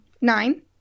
nine